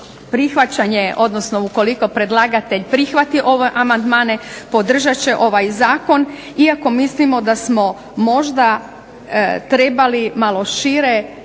prihvaćanje, odnosno ukoliko predlagatelj prihvati ove amandmane podržat će ovaj Zakon, iako mislimo da smo možda trebali malo šire